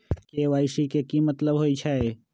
KYC के कि मतलब होइछइ?